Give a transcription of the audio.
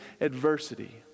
adversity